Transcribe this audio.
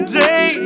day